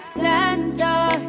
center